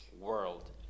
world